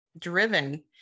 driven